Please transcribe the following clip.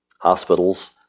Hospitals